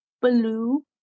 blue